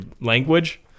language